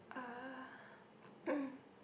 uh